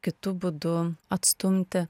kitu būdu atstumti